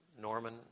Norman